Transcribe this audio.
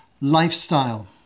lifestyle